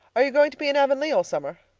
are you going to be in avonlea all summer?